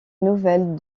nouvelle